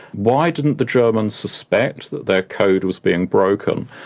why didn't the germans suspect that their code was being broken?